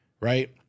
right